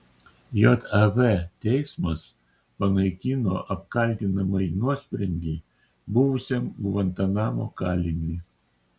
jav teismas panaikino apkaltinamąjį nuosprendį buvusiam gvantanamo kaliniui